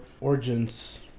origins